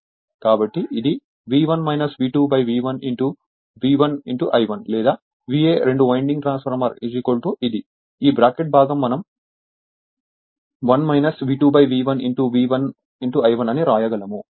కాబట్టి ఇది V1 V2 V1 V1I1 లేదా VA రెండు వైండింగ్ ట్రాన్స్ఫార్మర్ ఇది ఈ బ్రాకెట్ భాగం మనం 1 V2 V1 V1 I1 అని వ్రాయగలము